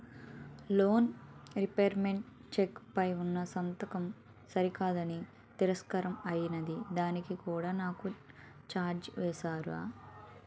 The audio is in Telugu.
లోన్ రీపేమెంట్ చెక్ పై ఉన్నా సంతకం సరికాదు అని తిరస్కారం అయ్యింది దానికి కూడా నాకు ఛార్జీలు వేస్తారా?